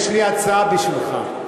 יש לי הצעה בשבילך: